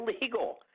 Illegal